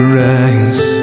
rise